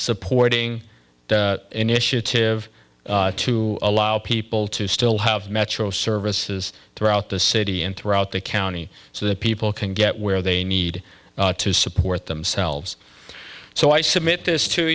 supporting the initiative to allow people to still have metro services throughout the city and throughout the county so that people can get where they need to support themselves so i submit this to